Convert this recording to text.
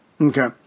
Okay